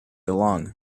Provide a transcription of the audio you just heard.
along